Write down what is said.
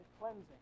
cleansing